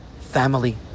family